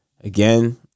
Again